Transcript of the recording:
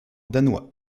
danois